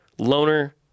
Loner